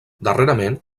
darrerament